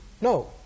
No